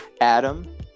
Adam